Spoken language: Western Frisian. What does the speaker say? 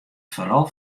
foaral